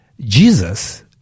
Jesus